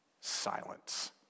silence